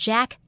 Jack